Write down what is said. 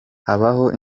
habaho